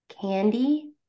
Candy